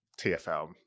TFL